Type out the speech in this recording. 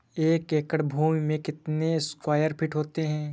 एक एकड़ भूमि में कितने स्क्वायर फिट होते हैं?